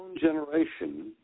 generation